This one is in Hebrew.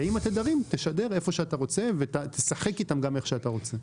ועם התדרים תשדר איפה שאתה רוצה ותשחק איתם גם איך שאתה רוצה.